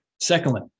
Secondly